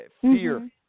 fear